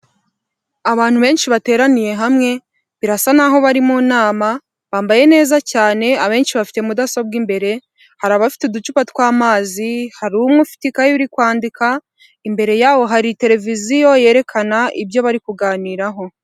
Abantu benshi bateraniye hamwe birasa naho bari mu nama, bambaye neza cyane abenshi bafite mudasobwa imbere, hari abafite uducupa tw'amazi, hari umwe ufite ikayi uri kwandika, imbere yabo hari televiziyo yerekana ibyo bari kuganiraho.